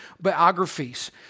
biographies